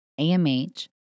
AMH